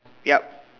yup